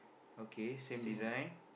okay same design